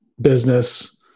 business